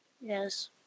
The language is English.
Yes